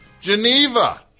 Geneva